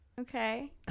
Okay